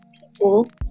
people